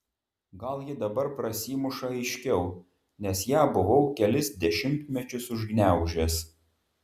gal ji dabar prasimuša aiškiau nes ją buvau kelis dešimtmečius užgniaužęs